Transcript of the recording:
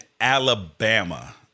Alabama